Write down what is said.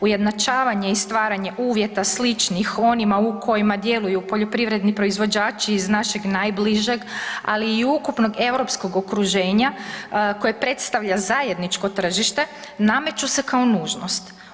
Ujednačavanje i stvaranje uvjeta sličnih onima u kojima djeluju poljoprivredni proizvođači iz našeg najbližeg ali i ukupnog europskog okruženja koje predstavlja zajedničko tržište nameću se kao nužnost.